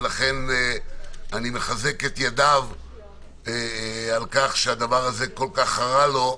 ולכן אני מחזק את ידיו על כך שהדבר הזה כל כך חרה לו.